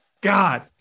God